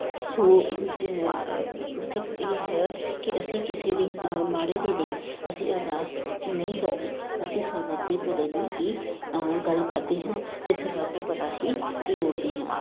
ਸੋ ਮਤਲਬ ਇਹ ਹੈ ਕਿ ਅਸੀਂ ਕਿਸੇ ਦੇ ਮਾੜੇ ਦੀ ਲਈ ਅਸੀਂ ਅਰਦਾਸ ਨਹੀਂ ਕਰਦੇ ਅਸੀਂ ਸਰਬੱਤ ਦੇ ਭਲੇ ਦੀ ਹੀ ਗੱਲ ਕਰਦੇ ਹਾਂ ਅਤੇ ਸਰਬੱਤ ਦਾ ਭਲਾ ਹੀ ਲੋੜਦੇ ਹਾਂ